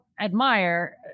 admire